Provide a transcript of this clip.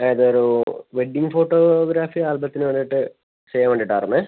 ആ ഇതൊരു wedding photography ആൽബത്തിന് വേണ്ടിയിട്ട് ചെയ്യാൻ വേണ്ടിയിട്ടായിരുന്നേ